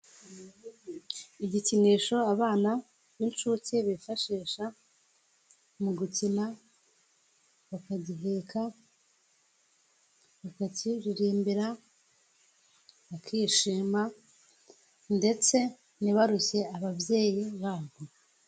Igikinisho abana b'inshuke bifashisha mu gukina, bakagiheka, bakakiririmbira, bakishima ndetse ntibarushye ababyeyi babo.